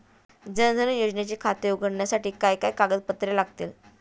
जनधन योजनेचे खाते उघडण्यासाठी काय काय कागदपत्रे लागतील?